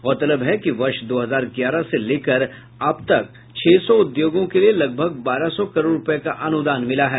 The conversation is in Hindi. गौरतलब है कि वर्ष दो हजार ग्यारह से लेकर अब तक छह सौ उद्योगों के लिये लगभग बारह सौ करोड़ रूपये का अनुदान मिला है